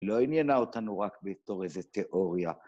‫לא עניינה אותנו רק בתור איזה תיאוריה.